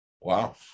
Wow